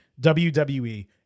WWE